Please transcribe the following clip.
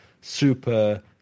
super